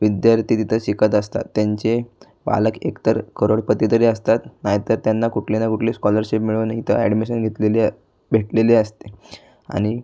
विद्यार्थी तिथं शिकत असतात त्यांचे पालक एकतर करोडपती तरी असतात नाहीतर त्यांना कुठल्या न कुठली स्कॉलरशिप मिळून इथं अॅडमिशन घेतलेली भेटलेली असते आणि